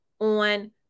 on